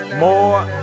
more